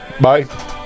Bye